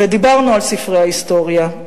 ודיברנו על ספרי ההיסטוריה.